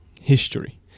history